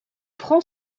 prend